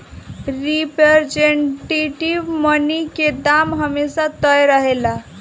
representative money के दाम हमेशा तय रहेला